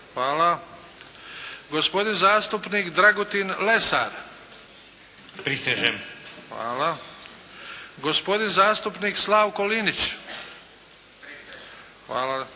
gospodin zastupnik Dragutin Lesar – prisežem, gospodin zastupnik Slavko Linić – prisežem,